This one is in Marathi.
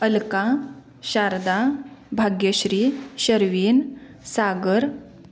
अलका शारदा भाग्यश्री शर्विन सागर